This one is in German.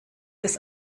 des